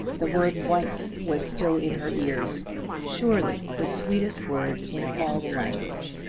the word wife was still in her ears surely the sweetest word in all the language!